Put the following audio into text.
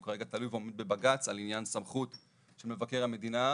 הוא כרגע תלוי ועומד בבג"צ על עניין סמכות של מבקר המדינה.